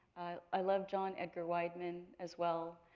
i love john edgar wideman, as well.